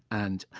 and,